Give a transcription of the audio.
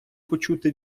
почути